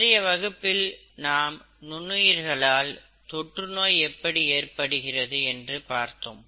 இன்றைய வகுப்பில் நாம் நுண்ணுயிர்களால் நோய்தொற்று எப்படி ஏற்படுகிறது என்று பார்த்தோம்